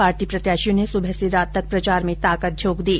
party प्रत्याशियों ने सुबह से रात तक प्रचार में ताकत झोंक दी